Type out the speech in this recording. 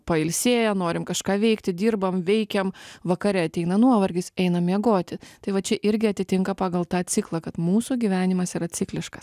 pailsėję norim kažką veikti dirbam veikiam vakare ateina nuovargis einam miegoti tai va čia irgi atitinka pagal tą ciklą kad mūsų gyvenimas yra cikliškas